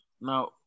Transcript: Now